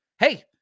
Hey